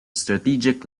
strategic